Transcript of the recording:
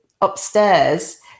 upstairs